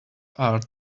are